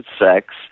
sex